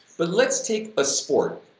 but let's take a sport,